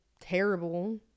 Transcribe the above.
terrible